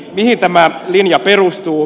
mihin tämä linja perustuu